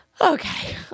Okay